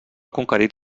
conquerit